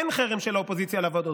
אין חרם של האופוזיציה על הוועדות,